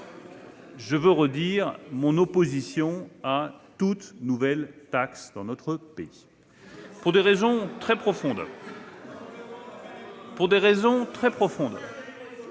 Je veux redire mon opposition à toute nouvelle taxe dans notre pays, pour des raisons très profondes. En France, dès qu'une